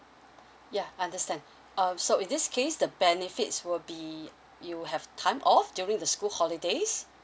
ya understand um so in this case the benefits will be you have time off during the school holidays